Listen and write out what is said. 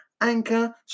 Anchor